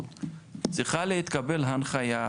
צריכה להתקבל הנחיה,